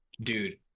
dude